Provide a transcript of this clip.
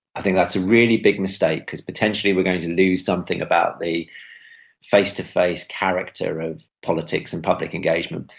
i think that's a really big mistake because potentially we're going to lose something about the face-to-face character of politics and public engagement.